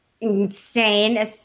insane